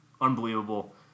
unbelievable